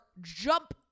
jump